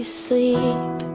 sleep